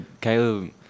Caleb